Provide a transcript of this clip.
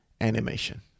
Animation